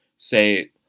Say